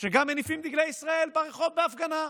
שגם מניפים דגלי ישראל ברחוב בהפגנה,